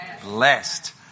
blessed